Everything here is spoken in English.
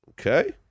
Okay